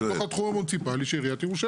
בתוך התחום המוניציפלי של ירושלים.